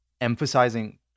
emphasizing